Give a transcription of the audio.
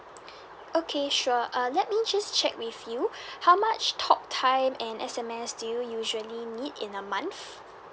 okay sure uh let me just check with you how much talk time and S_M_S do you usually need in a month